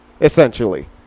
essentially